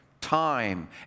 time